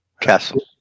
castle